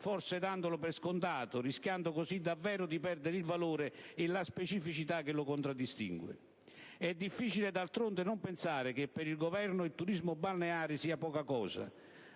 (forse dandolo per scontato), rischiando così davvero di perdere il valore e la specificità che lo contraddistingue. È difficile, d'altronde, non pensare che per il Governo il turismo balneare sia poca cosa.